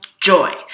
joy